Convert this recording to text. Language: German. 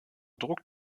druck